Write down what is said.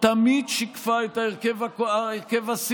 תמיד שיקפה את ההרכב הסיעתי.